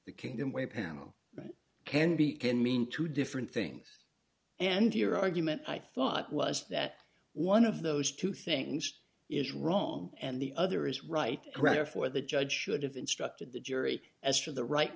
the kingdom way panel can be can mean two different things and your argument i thought was that one of those two things is wrong and the other is right rather for the judge should have instructed the jury as to the right